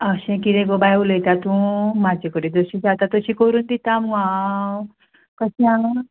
अशें कितें गो बाय उलयता तूं म्हजे कडेन जशी जाता तशी करून दिता मगो हांव कशें आं